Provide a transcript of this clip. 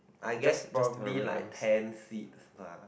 I guess probably like ten seeds lah